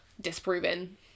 disproven